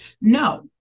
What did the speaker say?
No